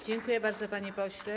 Dziękuję bardzo, panie pośle.